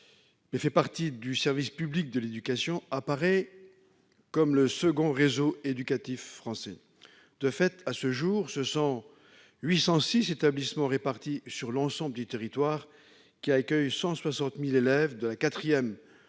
qui fait partie du service public de l'éducation, est bien le deuxième réseau éducatif français. À ce jour, ce sont 806 établissements répartis sur l'ensemble du territoire qui accueillent 160 000 élèves de la classe